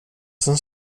som